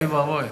אוי ואבוי.